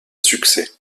succès